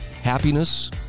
happiness